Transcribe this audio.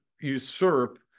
usurp